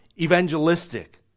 evangelistic